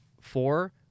four